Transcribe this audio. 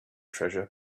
treasure